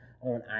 on